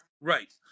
right